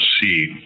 see